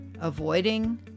Avoiding